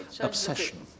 obsession